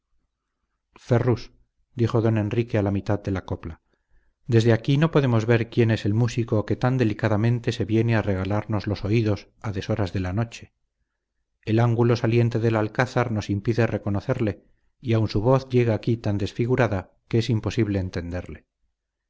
ferrus dijo don enrique a la mitad de la copla desde aquí no podemos ver quién es el músico que tan delicadamente se viene a regalarnos los oídos a deshoras de la noche el ángulo saliente del alcázar nos impide reconocerle y aun su voz llega aquí tan desfigurada que es imposible entenderle